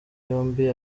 yombi